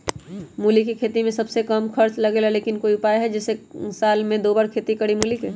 मूली के खेती में सबसे कम खर्च लगेला लेकिन कोई उपाय है कि जेसे साल में दो बार खेती करी मूली के?